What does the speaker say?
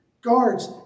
guards